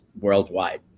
worldwide